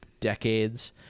decades